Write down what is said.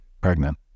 pregnant